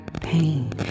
pain